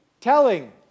telling